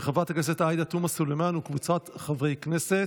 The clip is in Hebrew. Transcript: של חברת הכנסת עאידה תומא סלימאן וקבוצת חברי הכנסת,